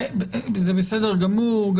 זה בסדר גמור,